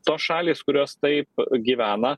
tos šalys kurios taip gyvena